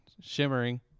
Shimmering